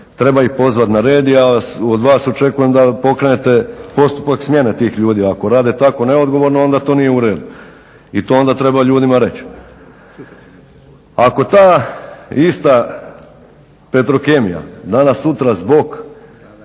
Treba ih pozvati na red i ja od vas očekujem da pokrenete postupak smjene tih ljudi. Ako rade tako neodgovorno onda to nije u redu i to onda treba ljudima reć. Ako ta ista Petrokemija danas sutra zbog